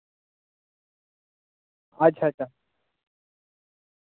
अच्छा अच्छा